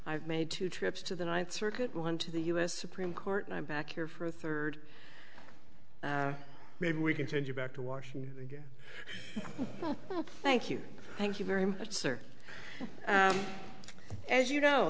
i've made two trips to the ninth circuit one to the u s supreme court and i'm back here for a third maybe we can take you back to washington again thank you thank you very much sir as you know